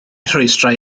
rhwystrau